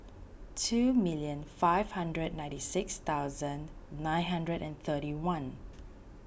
two million five hundred ninety six thousand nine hundred and thirty one